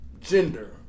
Gender